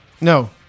No